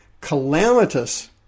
calamitous